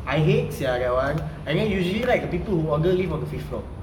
I hate sia that [one] and then usually right the people who order live on the fifth floor